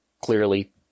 clearly